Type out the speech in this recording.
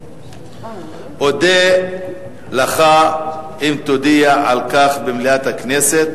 אודה לך אם תודיע על כך במליאת הכנסת,